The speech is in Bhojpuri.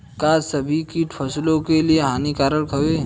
का सभी कीट फसलों के लिए हानिकारक हवें?